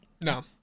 no